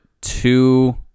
two